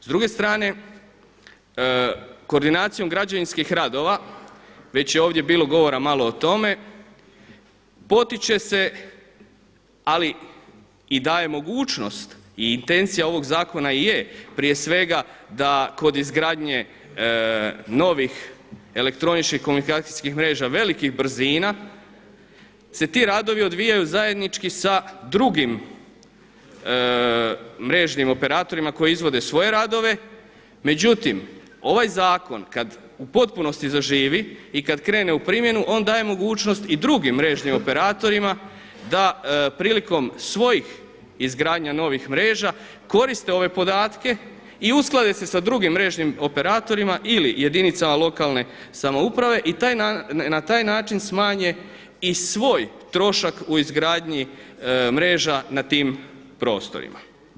S druge strane koordinacijom građevinskih radova, već je ovdje bilo govora malo o tome, potiče se ali i daje mogućnost i intencija ovog zakona i je prije svega da kod izgradnje novih elektroničkih komunikacijskih mreža velikih brzina se ti radovi odvijaju zajednički sa drugim mrežnim operatorima koji izvode svoje radove, međutim ovaj zakon kada u potpunosti zaživi i kada krene u primjenu on daje mogućnosti i drugim mrežnim operatorima da prilikom svojih izgradnja novih mreža, koriste ove podatke i usklade se sa drugim mrežnim operatorima ili jedinicama lokalne samouprave i na taj način smanje i svoj trošak u izgradnji mreža na tim prostorima.